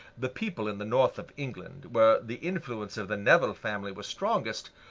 the people in the north of england, where the influence of the nevil family was strongest,